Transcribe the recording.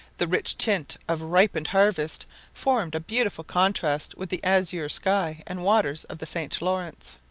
the rich tint of ripened harvest formed a beautiful contrast with the azure sky and waters of the st. laurence.